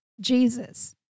Jesus